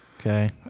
Okay